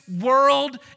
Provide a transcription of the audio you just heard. world